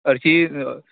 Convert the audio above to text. हरशीं